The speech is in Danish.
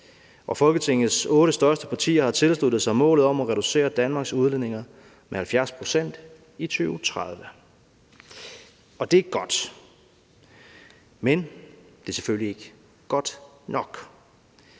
og Folketingets otte største partier har tilsluttet sig målet om at reducere Danmarks udledninger med 70 pct. i 2030. Og det er godt. Men det er selvfølgelig ikke godt nok.